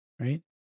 right